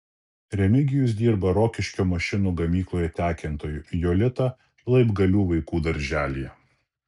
remigijus dirba rokiškio mašinų gamykloje tekintoju jolita laibgalių vaikų darželyje